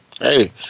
hey